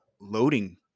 loading